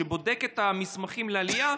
שבודק את המסמכים לעלייה,